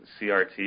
CRT